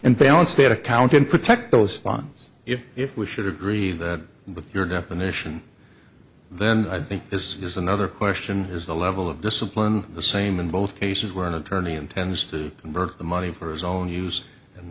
and balance that account and protect those bonds if if we should agree that your definition then i think is is another question is the level of discipline the same in both cases where an attorney intends to convert the money for his own